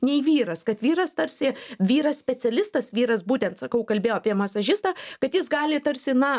nei vyras kad vyras tarsi vyras specialistas vyras būtent sakau kalbėjo apie masažistą kad jis gali tarsi na